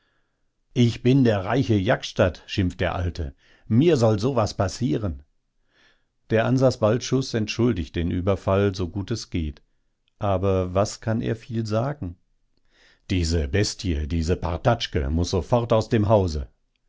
ich bin der reiche jaksztat schimpft der alte mir soll so was passieren der ansas balczus entschuldigt den überfall so gut es geht aber was kann er viel sagen diese bestije diese patartschke muß sofort aus dem hause